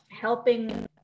helping